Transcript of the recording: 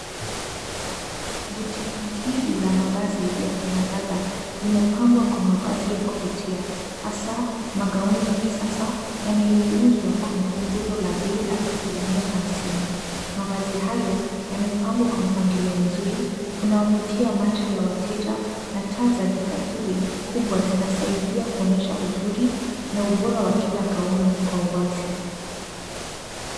Boutique hili la mavazi ya kina dada, limepambwa kwa mavazi kuvutia, hasaa magauni ya kisasa yanayouzwa kwa upunguzo la bei la asilimia 50.Mavazi hayo yamepangwa kwa mpangilio mzuri, unaovutia macho ya wateja, na taa za duka hili kubwa zinasaidia kuonyesha uzuri na ubora wa kila gauni kwa uwazi.